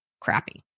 crappy